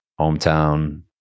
hometown